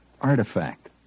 artifact